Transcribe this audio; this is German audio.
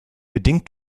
bedingt